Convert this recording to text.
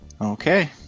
Okay